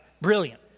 Brilliant